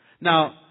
now